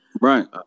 right